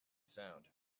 sound